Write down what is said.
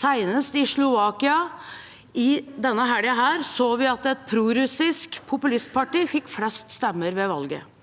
senest i Slovakia, der vi denne helgen så at et prorussisk populistparti fikk flest stemmer ved valget.